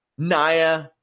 Naya